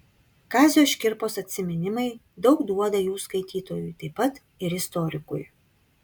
kazio škirpos atsiminimai daug duoda jų skaitytojui taip pat ir istorikui